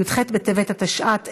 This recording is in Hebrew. י"ח בטבת התשע"ט,